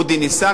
אודי ניסן,